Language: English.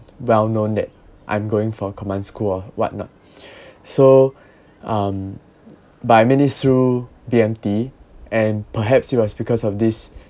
well known that I'm going for command school what not so um but I made it through B_M_T and perhaps it was because of this